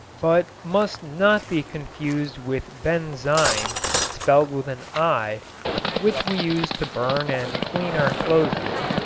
but must not be confused with benzine spelled with an i which we used to burn and clean our clothes with.